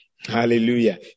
hallelujah